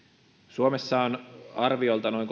suomessa on arviolta noin